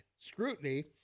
scrutiny